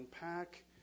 unpack